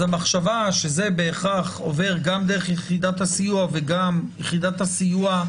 אז המחשבה שזה בהכרח עובר גם דרך יחידת הסיוע וגם יחידת הסיוע,